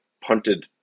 punted